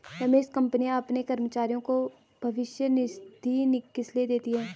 रमेश कंपनियां अपने कर्मचारियों को भविष्य निधि किसलिए देती हैं?